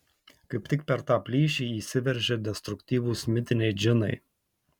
kaip tik per tą plyšį įsiveržia destruktyvūs mitiniai džinai